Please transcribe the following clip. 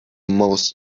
most